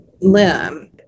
limb